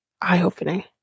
eye-opening